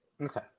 Okay